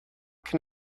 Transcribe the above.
can